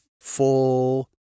full